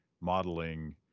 modeling